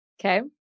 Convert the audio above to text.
Okay